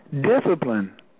discipline